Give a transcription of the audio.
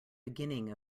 beginning